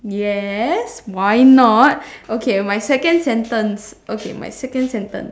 yes why not okay my second sentence okay my second sentence